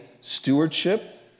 stewardship